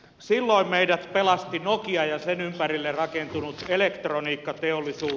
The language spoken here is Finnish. silloin meidät pelasti nokia ja sen ympärille rakentunut elektroniikkateollisuus